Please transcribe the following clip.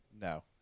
No